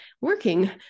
working